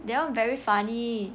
that one very funny